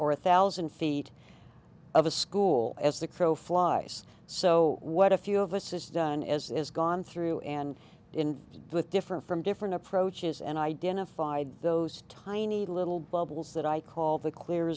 or a thousand feet of a school as the crow flies so what a few of us is done as is gone through and indeed with different from different approaches and identified those tiny little bubbles that i call the clear